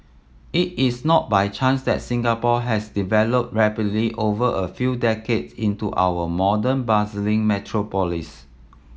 it is not by chance that Singapore has developed rapidly over a few decades into our modern bustling metropolis